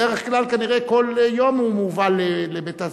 בדרך כלל, כנראה, בכל יום הוא מובל לגן-הילדים.